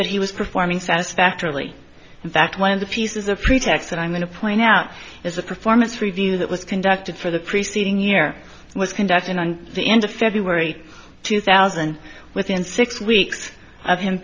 that he was performing satisfactorily in fact one of the pieces of pretext that i'm going to point out is a performance review that was conducted for the preceding year was conducted on the end of february two thousand within six weeks of him